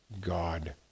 God